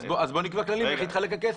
אז בוא נקבע כללים איך יתחלק הכסף.